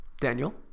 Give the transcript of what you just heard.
Daniel